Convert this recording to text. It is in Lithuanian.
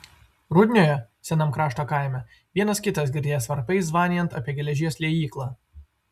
rudnioje senam krašto kaime vienas kitas girdėjęs varpais zvanijant apie geležies liejyklą